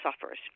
suffers